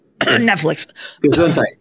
Netflix